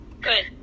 Good